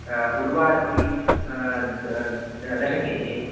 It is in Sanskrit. उर्वारुकं दश केजि